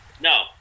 No